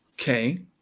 Okay